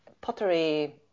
pottery